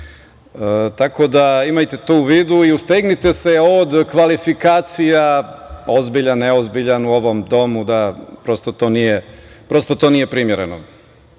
tako da imajte to u vidu i ustegnite se od kvalifikacija, ozbiljan, neozbiljan u ovom domu, da prosto to nije primereno.A,